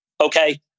Okay